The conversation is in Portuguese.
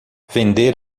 vender